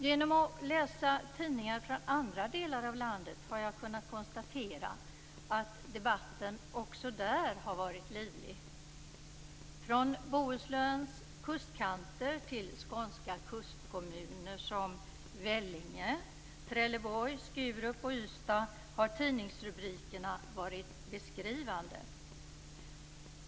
Genom att läsa tidningar från andra delar av landet har jag kunnat konstatera att debatten också där har varit livlig. Från Bohusläns kustkanter till skånska kustkommuner som Vellinge, Trelleborg, Skurup och Ystad har tidningsrubrikerna varit beskrivande.